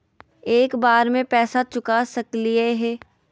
एक बार में पैसा चुका सकालिए है?